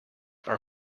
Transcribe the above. are